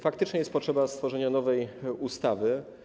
Faktycznie jest potrzeba stworzenia nowej ustawy.